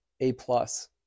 A-plus